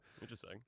interesting